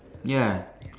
ya